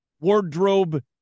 wardrobe